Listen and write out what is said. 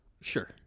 Sure